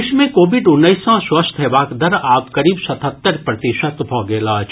देश मे कोविड उन्नैस सँ स्वस्थ हेबाक दर आब करीब सत्तहतरि प्रतिशत भऽ गेल अछि